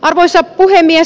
arvoisa puhemies